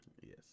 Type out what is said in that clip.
Yes